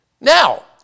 Now